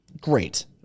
Great